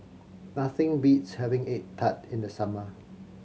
nothing beats having egg tart in the summer